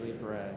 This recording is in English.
bread